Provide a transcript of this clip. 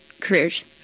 careers